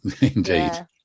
indeed